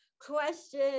question